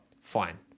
fine